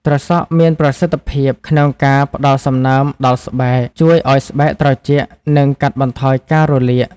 ត្រសក់មានប្រសិទ្ធភាពក្នុងការផ្តល់សំណើមដល់ស្បែក ជួយឲ្យស្បែកត្រជាក់ និងកាត់បន្ថយការរលាក។